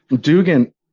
Dugan